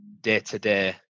day-to-day